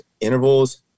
intervals